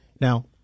Now